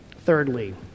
Thirdly